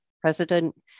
President